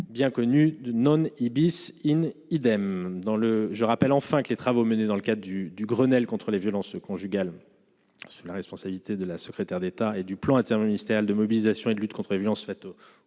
bien connue de non il bis in idem dans le je rappelle enfin que les travaux menés dans le cadre du du Grenelle, contre les violences conjugales, sous la responsabilité de la secrétaire d'État et du plan interministériel de mobilisation et de lutte contre les violences faites